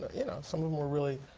you know some of them were really